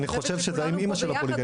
אני חושב שזה האימא של הפוליטי.